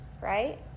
right